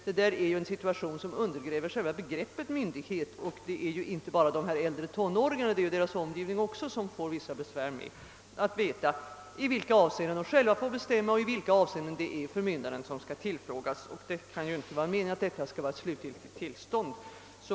Detta är en situation som undergräver själva begreppet myndighet. Inte bara de äldre tonåringarna utan även deras omgivning får visst besvär med att fastställa i vilka avseenden de själva får bestämma och i vilka avseenden förmyndaren skall tillfrågas. Avsikten är väl inte att detta skall vara det slutliga tillståndet.